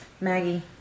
Maggie